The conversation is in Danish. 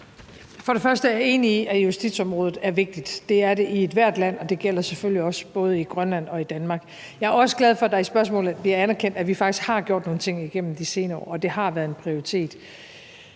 For det første er jeg enig i, at justitsområdet er vigtigt. Det er det i ethvert land, og det gælder selvfølgelig også både i Grønland og i Danmark. Jeg er også glad for, at det i spørgsmålet bliver anerkendt, at vi faktisk har gjort nogle ting igennem de senere år, og det har været en prioritet,